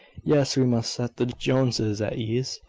yes, we must set the joneses at ease,